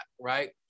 right